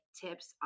tips